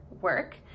work